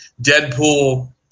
Deadpool